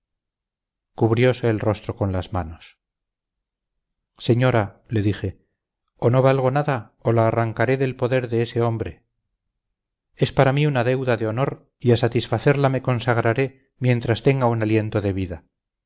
deshonrarme cubriose el rostro con las manos señora le dije o no valgo nada o la arrancaré del poder de ese hombre es para mí una deuda de honor y a satisfacerla me consagraré mientras tenga un aliento de vida